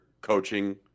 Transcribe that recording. coaching